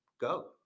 go